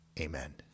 Amen